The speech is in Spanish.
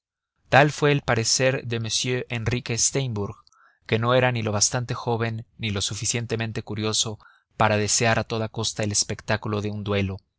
tal fue el parecer de m enrique steimbourg que no era ni lo bastante joven ni lo suficientemente curioso para desear a toda costa el espectáculo de un duelo